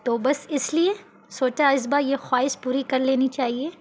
تو بس اس لیے سوچا اس بار یہ خواہش پوری کر لینی چاہیے